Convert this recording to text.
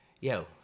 Yo